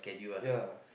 yeah